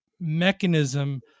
mechanism